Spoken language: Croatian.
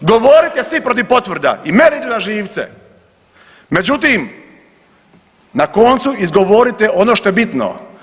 Govorite svi protiv potvrda i meni idu na živce, međutim na koncu izgovorite ono što je bitno.